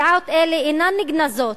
דעות אלה אינן נגנזות,